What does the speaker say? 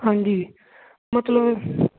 ਹਾਂਜੀ ਮਤਲਬ